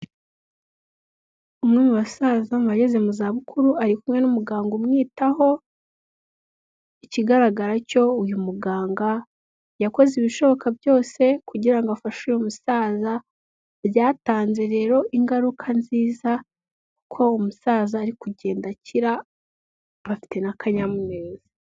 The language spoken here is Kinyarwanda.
Umwe mu basaza mu bageze mu za bukuru ari kumwe n'umuganga umwitaho, ikigaragara cyo uyu muganga yakoze ibishoboka byose kugira ngo afashe uyu musaza byatanze rero ingaruka nziza ko umusaza ari kugenda akira bafite n'akanyamuneza.